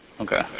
Okay